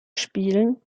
spielen